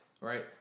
right